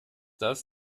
das